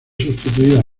sustituida